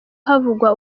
havugwa